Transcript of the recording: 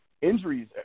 injuries